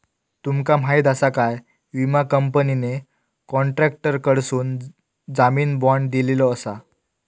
तुमका माहीत आसा काय, विमा कंपनीने कॉन्ट्रॅक्टरकडसून जामीन बाँड दिलेलो आसा